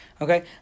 okay